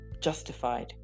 justified